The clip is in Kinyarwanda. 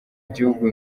igihugu